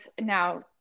now